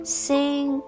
sing